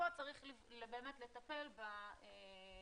פה צריך לטפל ב --- יפעת,